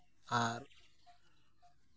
ᱟᱨ